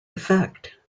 effect